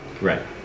Right